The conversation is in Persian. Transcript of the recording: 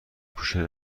کوشر